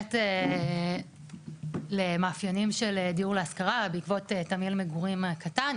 באמת למאפיינים של דיור להשכרה בעקבות תמהיל המגורים הקטן,